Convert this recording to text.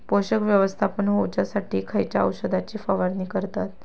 पोषक व्यवस्थापन होऊच्यासाठी खयच्या औषधाची फवारणी करतत?